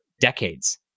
decades